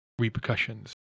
repercussions